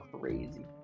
crazy